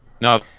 No